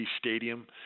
Stadium